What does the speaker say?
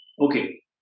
Okay